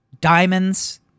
Diamonds